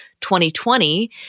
2020